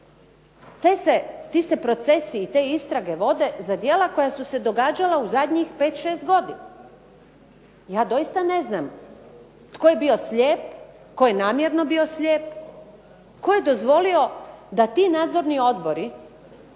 Ti se procesi i te istrage vode za djela koja su se događala u zadnjih 5, 6 godina. Ja doista ne znam tko je bio slijep, tko je namjerno bio slijep, tko je dozvolio da ti nadzorni odbori,